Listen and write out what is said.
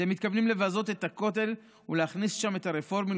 אתם מתכוונים לבזות את הכותל ולהכניס לשם את הרפורמים,